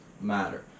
matter